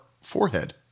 forehead